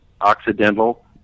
Occidental